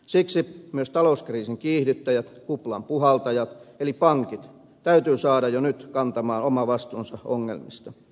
siksi myös talouskriisin kiihdyttäjät kuplan puhaltajat eli pankit täytyy saada jo nyt kantamaan oma vastuunsa ongelmista